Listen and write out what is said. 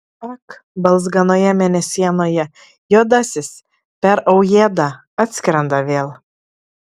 ak balzganoje mėnesienoje juodasis per aujėdą atskrenda vėl